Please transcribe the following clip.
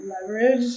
leverage